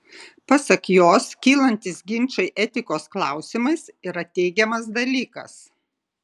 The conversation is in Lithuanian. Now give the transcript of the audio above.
pasak jos kylantys ginčai etikos klausimais yra teigiamas dalykas